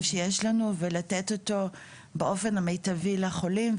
שיש לנו ולתת אותו באופן המיטבי לחולים.